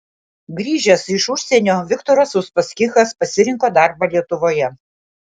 grįžęs iš užsienio viktoras uspaskichas pasirinko darbą lietuvoje